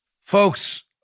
Folks